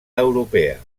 europea